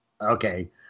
okay